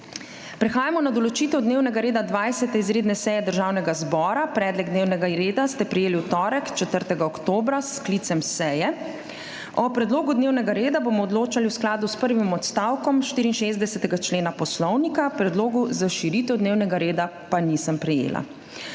Prehajamo na določitev dnevnega reda 20. izredne seje Državnega zbora. Predlog dnevnega reda ste prejeli v torek, 4. oktobra, s sklicem seje. O predlogu dnevnega reda bomo odločali v skladu s prvim odstavkom 64. člena Poslovnika, predlogov za širitev dnevnega reda pa nisem prejela.